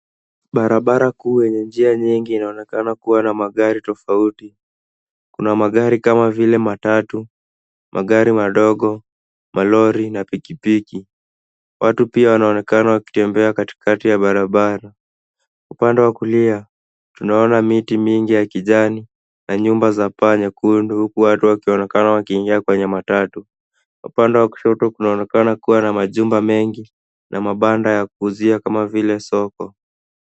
Barabara kuu yenye njia nyingi inaonekana kuwa na magari tofauti. Kuna magari kama vile matatu, magari madogo, malori na pikipiki. Watu pia wanaonekana wakitembea katikati ya barabara. Upande wa kulia tunaona miti mingi ya kijani na nyumba za paa nyekundu huku watu wakionekana wakiingia kwenye matatu. Upande wa kushoto kunaonekana kuwa na majumba mengi na mabanda ya kuuzia kama vile soko.